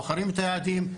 בוחרים את היעדים,